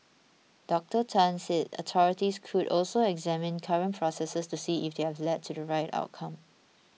Doctor Tan said authorities could also examine current processes to see if they have led to the right outcome